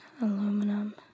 aluminum